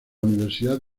universidad